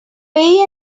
pay